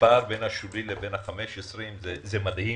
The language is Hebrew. הפער בין השולי לבין ה-5.20, זה מדהים.